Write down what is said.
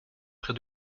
près